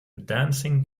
dancing